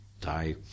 die